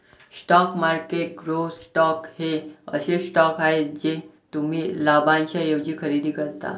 stock market growth stocks हे असे stocks आहेत जे तुम्ही लाभांशाऐवजी खरेदी करता